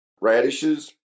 Radishes